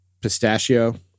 pistachio